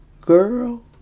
Girl